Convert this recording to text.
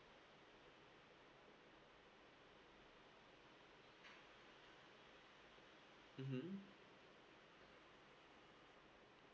mmhmm